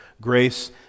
grace